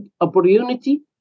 opportunity